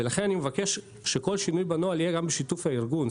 ולכן אני מבקש שכל שינוי בנוהל יהיה גם בשיתוף הארגון.